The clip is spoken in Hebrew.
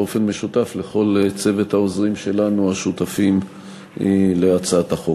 באופן משותף לכל צוות העוזרים שלנו השותפים להצעת החוק.